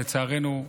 לצערנו,